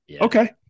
Okay